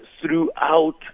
throughout